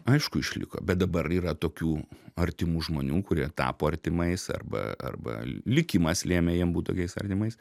aišku išliko bet dabar yra tokių artimų žmonių kurie tapo artimais arba arba likimas lėmė jiem būt tokiais artimais